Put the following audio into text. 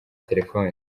telefone